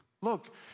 look